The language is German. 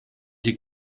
die